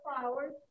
flowers